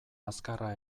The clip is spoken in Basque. azkarra